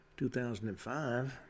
2005